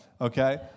okay